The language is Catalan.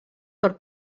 per